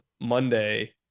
Monday